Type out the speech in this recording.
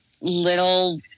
little